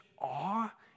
awe